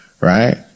right